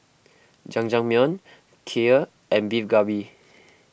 Jajangmyeon Kheer and Beef Galbi